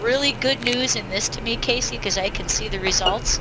really good news in this to me casey because i can see the results